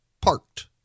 parked